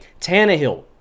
Tannehill